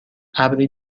ابری